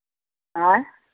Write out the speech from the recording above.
आएँ